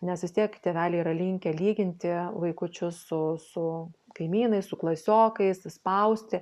nes vis tiek tėveliai yra linkę lyginti vaikučius su su kaimynais su klasiokais spausti